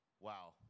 Wow